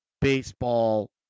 baseball